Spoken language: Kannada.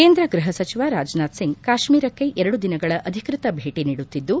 ಕೇಂದ್ರ ಗ್ಲಹಸಚಿವ ರಾಜನಾಥ್ಸಿಂಗ್ ಕಾಶ್ಮೀರಕ್ಷೆ ಎರಡು ದಿನಗಳ ಅಧಿಕೃತ ಭೇಟ ನೀಡುತ್ತಿದ್ದು